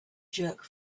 jerk